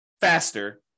faster